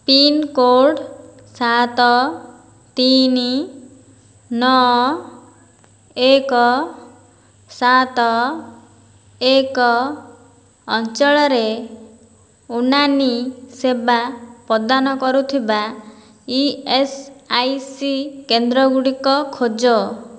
pincode ସାତ ତିନି ନଅ ଏକ ସାତ ଏକ ଅଞ୍ଚଳରେ ଉନାନି ସେବା ପ୍ରଦାନ କରୁଥିବା ଇ ଏସ୍ ଆଇ ସି କେନ୍ଦ୍ର ଗୁଡ଼ିକ ଖୋଜ